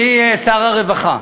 אדוני שר הרווחה,